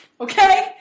okay